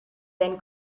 then